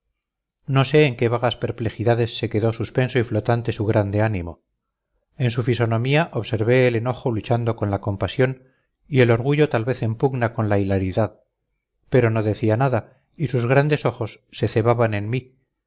no sé en qué vagas perplejidades se quedó suspenso y flotante su grande ánimo en su fisonomía observé el enojo luchando con la compasión y el orgullo tal vez en pugna con la hilaridad pero no decía nada y sus grandes ojos se cebaban en mí